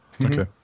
Okay